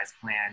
plan